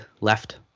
left